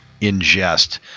ingest